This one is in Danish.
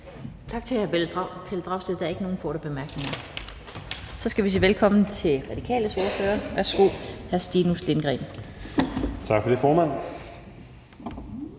Tak til hr. Pelle Dragsted. Der er ikke nogen korte bemærkninger. Så skal vi sige velkommen til Radikales ordfører. Værsgo til hr. Stinus Lindgreen. Kl. 16:44 (Ordfører)